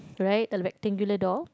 right the rectangular door